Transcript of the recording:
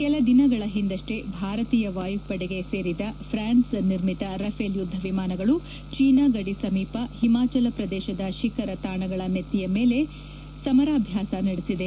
ಕೆಲದಿನಗಳ ಹಿಂದಷ್ಟೇ ಭಾರತೀಯ ವಾಯುಪಡೆ ಸೇರಿದ ಫ್ರಾನ್ಸ್ ನಿರ್ಮಿತ ರಫೇಲ್ ಯುದ್ಧ ವಿಮಾನಗಳು ಚೀನಾ ಗಡಿ ಸಮೀಪ ಹಿಮಾಚಲ ಪ್ರದೇಶದ ಶಿಖರ ತಾಣಗಳ ನೆತ್ತಿಯ ಮೇಲೆ ಸಮರಾಭ್ಯಾಸ ನಡೆಸಿದೆ